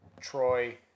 Troy